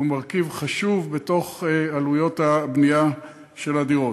שהוא מרכיב חשוב בתוך עלויות הבנייה של הדירות.